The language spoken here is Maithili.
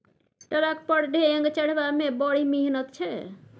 ट्रक पर ढेंग चढ़ेबामे बड़ मिहनत छै